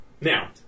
Now